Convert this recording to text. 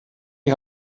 die